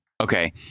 Okay